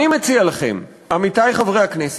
אני מציע לכם, עמיתי חברי הכנסת,